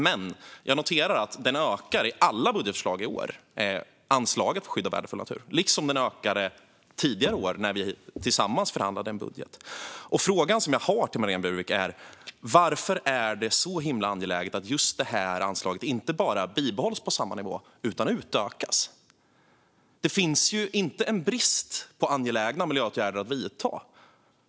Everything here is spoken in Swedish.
Men jag noterar att anslaget för skydd av värdefull natur ökar i alla budgetförslag i år liksom det ökade tidigare år när vi tillsammans förhandlade om en budget. Den fråga som jag har till Marlene Burwick är: Varför är det så angeläget att just detta anslag inte bara bibehålls på samma nivå utan utökas? Det råder inte brist på angelägna miljöåtgärder att vidta.